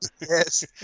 Yes